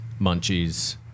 munchies